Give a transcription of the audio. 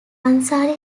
ansari